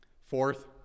Fourth